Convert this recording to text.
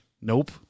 Nope